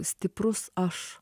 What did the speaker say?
stiprus aš